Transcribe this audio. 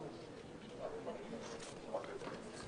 הצבעה